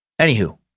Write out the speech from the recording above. Anywho